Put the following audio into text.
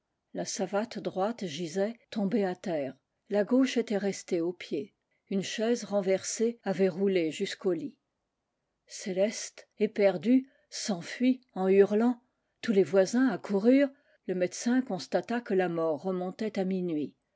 la savate droite gisait tombée à terre la gauche était restée au pied une chaise renversée avait roulé jusqu'au lit céleste éperdue s'enfuit en hurlant tous les voisins accoururent le médecin constata que la mort remontait à minuit